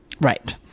right